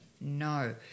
No